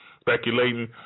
Speculating